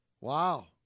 Wow